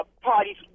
parties